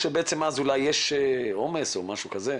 זה כל החודש או שבעצם אז אולי יש עומס או משהו כזה?